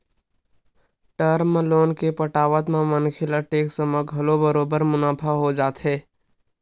term loan के पटावत म मनखे ल टेक्स म घलो बरोबर मुनाफा हो जाथे